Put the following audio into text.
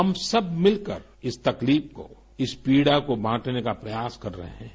हम सब मिलकर इस तकलीफ को इस पीड़ा को बांटने का प्रयास कर रहे हैं